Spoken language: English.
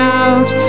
out